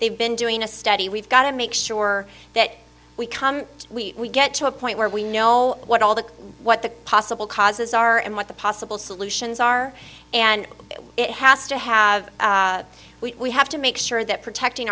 they've been doing a study we've got to make sure that we come we get to a point where we know what all the what the possible causes are and what the possible solutions are and it has to have we have to make sure that protecting